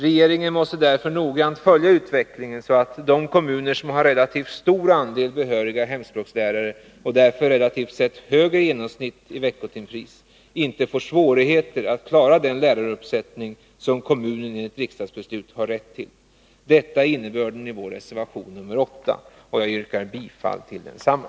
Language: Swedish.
Regeringen måste därför noggrant 15 följa utvecklingen, så att de kommuner som har relativt stor andel behöriga hemspråkslärare och därför relativt sett högre genomsnitt i veckotimpris inte får svårigheter att klara den läraruppsättning som kommunen enligt riksdagsbeslut har rätt till. Detta är innebörden i vår reservation 8, och jag yrkar bifall till densamma.